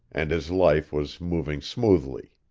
and his life was moving smoothly.